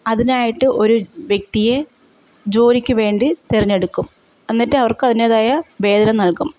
അതിനായിട്ട് ഒരു വ്യക്തിയെ ജോലിക്കുവേണ്ടി തിരഞ്ഞെടുക്കും എന്നിട്ട് അവർക്ക് അതിന്റേതായ വേതനം നൽകും